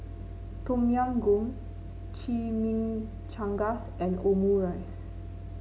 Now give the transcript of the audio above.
Tom Yam Goong Chimichangas and Omurice